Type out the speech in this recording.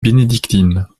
bénédictine